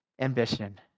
ambition